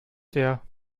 der